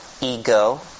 ego